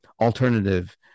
alternative